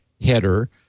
header